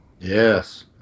Yes